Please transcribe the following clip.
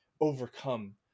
overcome